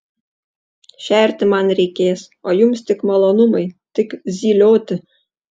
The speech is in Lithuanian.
šerti man reikės o jums tik malonumai tik zylioti